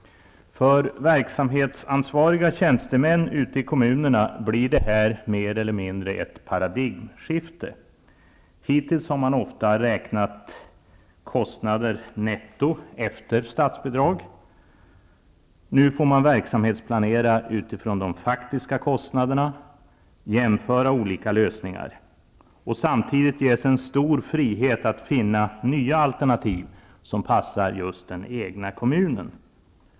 För verksamhetsansvariga tjänstemän ute i kommunerna blir det här mer eller mindre ett paradgimskifte. Hittills har man ofta räknat kostnader netto efter statsbidrag. Nu får man planera verksamheten utifrån de faktiska kostnaderna och jämföra olika lösningar. Samtidigt ges en stor frihet att finna nya alternativ som passar just den egna kommunen.